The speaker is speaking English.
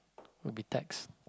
will be tax